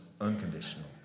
unconditional